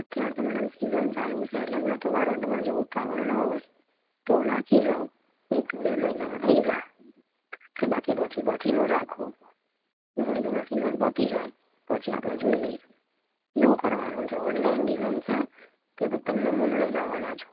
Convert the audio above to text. અત્યારે તો madam season ચાલુ છે એટલે હમણાં તો વારો તમારે જો ઉતાવળ ન હોય તો નાખી જાઓ એક બે મહિનામાં થઇ જશે અને બાકી પછી પછીનું રાખો સિજન પતી જાય પછી આપણે જોઈ લઈશું કેવું કરવાનું છે ઓનલાઈન ડિઝાઇન છે કે તમે નમૂનો લઈને આવવાના છો